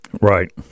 Right